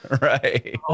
right